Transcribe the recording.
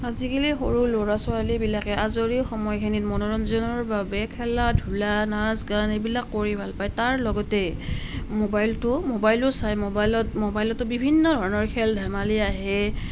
আজিকালি সৰু ল'ৰা ছোৱালীবিলাকে আজৰি সময়খিনিত মনোৰঞ্জনৰ বাবে খেলা ধূলা নাচ গান এইবিলাক কৰি ভাল পায় তাৰ লগতে মোবাইলটো মোবাইলো চায় মোবাইলত মোবাইলতো বিভিন্ন ধৰণৰ খেল ধেমালি আহে